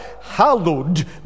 Hallowed